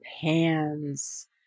hands